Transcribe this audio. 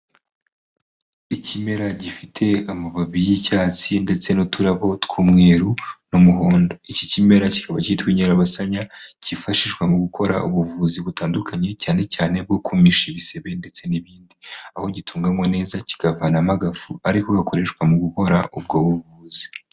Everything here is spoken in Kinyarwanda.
Ikimera gifite amababi y'icyatsi ndetse n'uturabo tw'umweru n'umuhondo, iki kimera kikaba cyitwa inyabarabasanya, cyifashishwa mu gukora ubuvuzi butandukanye cyane cyane bwo kumisha ibisebe ndetse n'ibindi, aho gitunganwa neza kikavanwamo agafu, ari ko gakoreshwa mu gukora ubwo buvuzi.